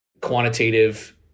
quantitative